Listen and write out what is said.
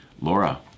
Laura